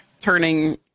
turning